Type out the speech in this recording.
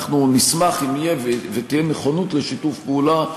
אנחנו נשמח אם תהיה נכונות לשיתוף פעולה.